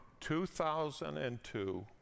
2002